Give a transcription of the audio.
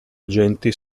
agenti